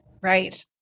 Right